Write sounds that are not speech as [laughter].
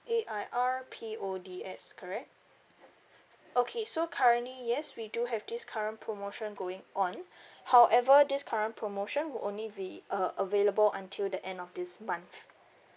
A I R P O D S correct okay so currently yes we do have this current promotion going on [breath] however this current promotion would only be uh available until the end of this month